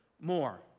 more